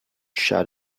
shut